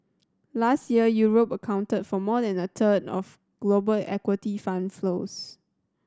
last year Europe accounted for more than a third of global equity fund flows